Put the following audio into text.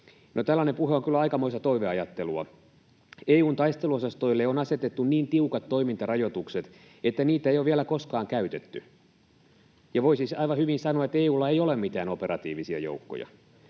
tällainen puhe on kyllä aikamoista toiveajattelua. EU:n taisteluosastoille on asetettu niin tiukat toimintarajoitukset, että niitä ei ole vielä koskaan käytetty. Ja voi siis aivan hyvin sanoa, että EU:lla ei ole mitään operatiivisia joukkoja.